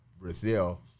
Brazil